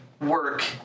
work